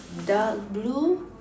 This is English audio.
dark blue